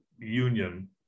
union